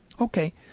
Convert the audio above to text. Okay